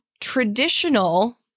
traditional